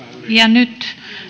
nyt